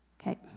Okay